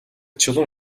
чулуун